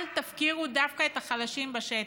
אל תפקירו דווקא את החלשים בשטח.